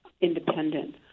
independent